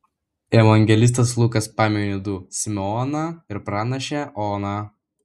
evangelistas lukas pamini du simeoną ir pranašę oną